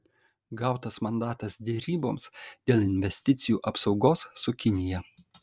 gautas mandatas deryboms dėl investicijų apsaugos su kinija